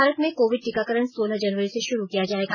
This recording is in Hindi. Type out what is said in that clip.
भारत में कोविड टीकाकरण सोलह जनवरी से शुरू किया जाएगा